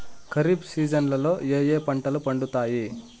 ఖరీఫ్ సీజన్లలో ఏ ఏ పంటలు పండుతాయి